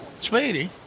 Sweetie